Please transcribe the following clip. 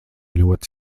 ļoti